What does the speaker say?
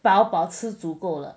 吃包包吃足够了